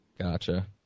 Gotcha